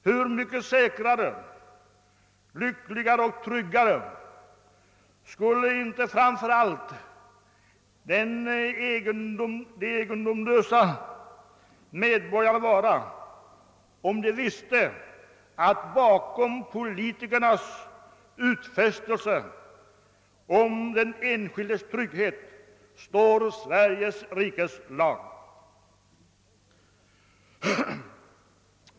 Hur mycket säkrare, lyckligare och tryggare skulle inte framför allt de egendomslösa medborgarna vara, om de visste att bakom politikernas utfästelser om den enskildes trygghet står Sveriges rikes lag.